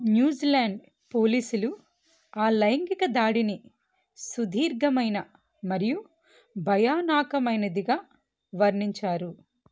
New Zealand పోలీసులు ఆ లైంగిక దాడిని సుదీర్ఘమైన మరియు భయానాకమైనదిగా వర్ణించారు